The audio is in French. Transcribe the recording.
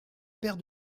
père